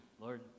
Lord